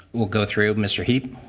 we'll go through mister heap.